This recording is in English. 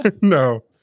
No